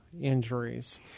injuries